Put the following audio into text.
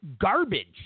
garbage